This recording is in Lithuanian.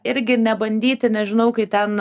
irgi nebandyti nežinau kai ten